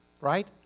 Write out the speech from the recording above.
right